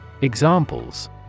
Examples